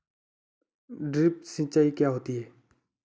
Drip सिंचाई क्या होती हैं?